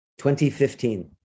2015